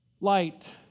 light